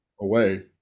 away